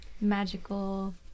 magical